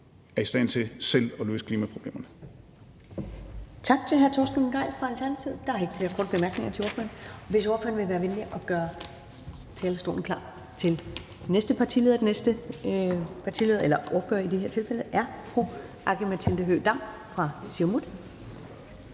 er i stand til selv at løse klimaproblemerne.